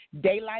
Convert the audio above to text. Daylight